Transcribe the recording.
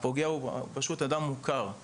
הפוגע הוא פשוט אדם מוכר.